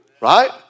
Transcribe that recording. right